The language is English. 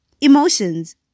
Emotions